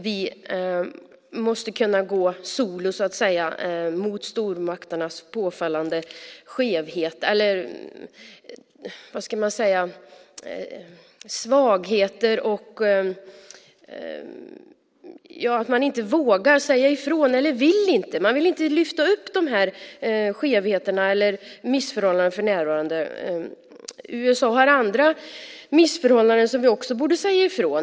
Vi måste kunna gå solo mot stormakternas påfallande svagheter, att de inte vågar eller vill säga ifrån. De vill inte lyfta upp skevheterna och missförhållandena. Vi borde också säga ifrån mot andra missförhållanden i USA.